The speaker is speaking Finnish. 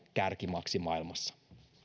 kärkimaaksi maailmassa